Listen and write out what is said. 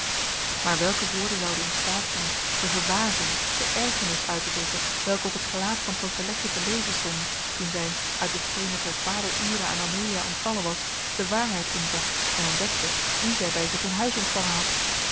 maar welke woorden zouden in staat zijn de verbazing de ergernis uit te drukken welke op het gelaat van tante letje te lezen stonden toen zij uit hetgene ter kwader ure aan amelia ontvallen was de waarheid inzag en ontdekte wie zij bij zich in huis ontvangen had